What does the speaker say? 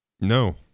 No